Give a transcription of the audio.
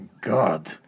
God